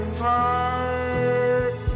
heart